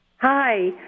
Hi